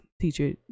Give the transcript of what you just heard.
teacher